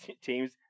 teams